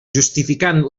justificant